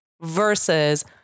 versus